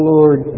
Lord